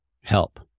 help